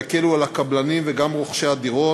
כדי להקל על הקבלנים וגם על רוכשי הדירות.